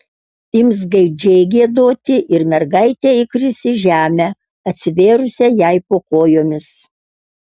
ims gaidžiai giedoti ir mergaitė įkris į žemę atsivėrusią jai po kojomis